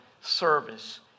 service